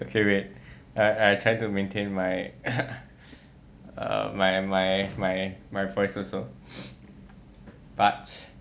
okay wait I I trying to maintain my ha my my my my voice also but